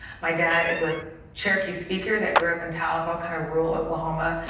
my dad is a cherokee speaker that grew up in tahlequah, kind of rural oklahoma.